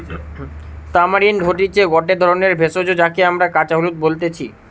tamarind হতিছে গটে ধরণের ভেষজ যাকে আমরা কাঁচা হলুদ বলতেছি